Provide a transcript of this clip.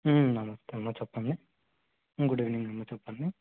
నమస్తే అమ్మ చెప్పండి గుడ్ ఈవెనింగ్ అమ్మ చెప్పండి